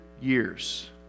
years